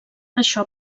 això